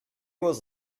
was